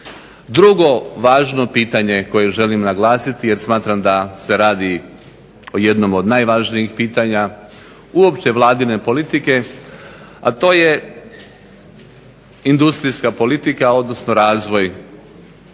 Drugo važno pitanje koje želim naglasiti jer smatram da se radi o jednom od najvažnijih pitanja uopće vladine politike, a to je industrijska politika odnosno razvoj